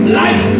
life